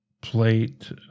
plate